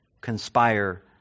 conspire